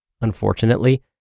Unfortunately